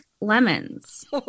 lemons